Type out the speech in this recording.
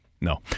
No